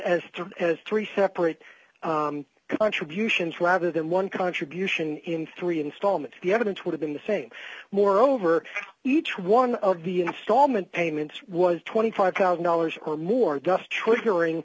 true as three separate contributions rather than one contribution in three installments the evidence would have been the same moreover each one of the installment payments was twenty five thousand dollars or more thus triggering